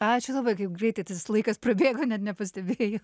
ačiū labai kaip greitai tas laikas prabėgo net nepastebėjai